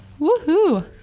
Woohoo